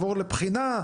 שיעבור לבחינה,